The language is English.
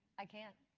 i can't.